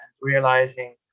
realizing